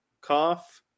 cough